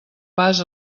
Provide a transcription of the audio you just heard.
pas